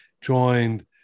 joined